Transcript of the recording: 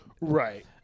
Right